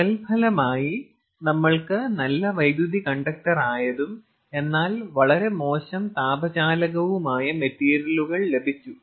തൽഫലമായി നമ്മൾക്ക് നല്ല വൈദ്യുതി കണ്ടക്ടറായതും എന്നാൽ വളരെ മോശം താപ ചാലകവുമായ മെറ്റീരിയലുകൾ ലഭിച്ചു